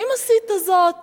האם עשית זאת